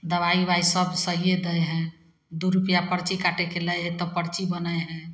दवाइ उवाइसब सहिए दै हइ दुइ रुपैआ परची काटैके लै हइ तऽ परची बनै हइ